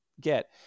get